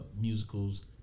musicals